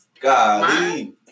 golly